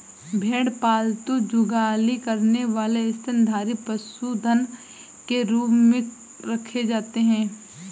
भेड़ पालतू जुगाली करने वाले स्तनधारी पशुधन के रूप में रखे जाते हैं